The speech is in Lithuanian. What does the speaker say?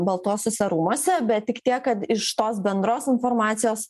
baltuosiuose rūmuose bet tik tiek kad iš tos bendros informacijos